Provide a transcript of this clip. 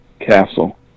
Castle